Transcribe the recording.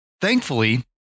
Thankfully